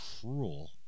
cruel